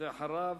ואחריו,